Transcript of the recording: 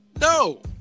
No